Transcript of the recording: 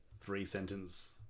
three-sentence